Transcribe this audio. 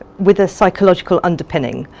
with a psychological underpinning.